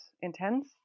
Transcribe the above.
intense